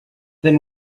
then